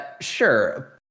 sure